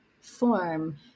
form